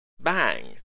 bang